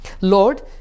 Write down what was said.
Lord